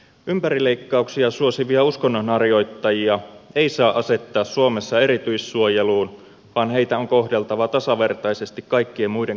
ympärileikkauksia suosivia uskonnonharjoittajia ei saa asettaa suomessa erityissuojeluun vaan heitä on kohdeltava tasavertaisesti kaikkien muiden kansalaisten kanssa